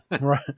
right